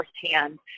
firsthand